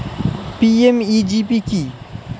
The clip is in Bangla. পি.এম.ই.জি.পি কি?